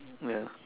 ya